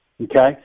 Okay